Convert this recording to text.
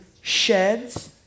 sheds